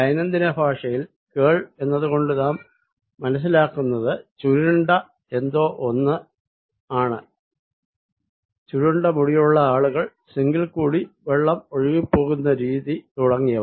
ദൈനംദിന ഭാഷയിൽ കേൾ എന്നത് കൊണ്ട് നാം മനസ്സിലാക്കുന്നത് ചുരുണ്ട എന്തോ ഒന്ന് എന്നാണ് ചുരുണ്ട മുടിയുള്ള ആളുകൾ സിങ്കിൽ കൂടി വെള്ളം ഒഴുകിപ്പോകുന്ന രീതി തുടങ്ങിയവ